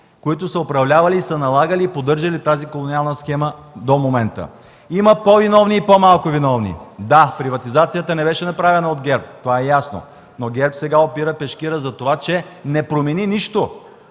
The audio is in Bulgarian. които са управлявали, налагали и поддържали тази колониална схема до момента. Има по-виновни и по-малко виновни. Да, приватизацията не беше направена от ГЕРБ – това е ясно, но ГЕРБ сега опира пешкира затова, че не промени нищо.